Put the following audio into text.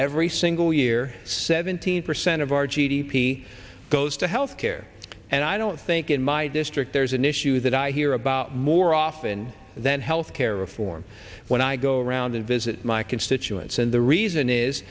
every single year seventeen percent of our g d p goes to health care and i don't think in my district there's an issue that i hear about more often than health care reform when i go around and visit my constituents and the reason is